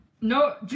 No